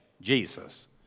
Jesus